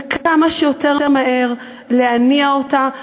וכמה שיותר מהר להניע אותה ולאפשר,